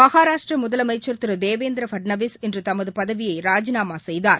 மகாராஷ்டிராமுதலமைச்சர் திருதேவேந்திரபட்ளவிஸ் இன்றுதமதுபதவியைராஜினாமாசெய்தார்